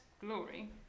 glory